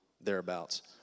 thereabouts